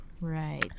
Right